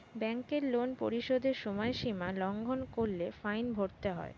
ব্যাংকের লোন পরিশোধের সময়সীমা লঙ্ঘন করলে ফাইন ভরতে হয়